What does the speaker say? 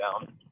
down